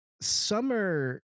summer